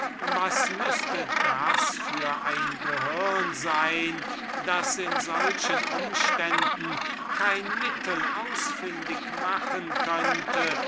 was müßte das für ein hirn sein das in solchen umständen kein mittel ausfündig machen könnte